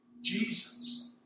Jesus